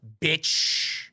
bitch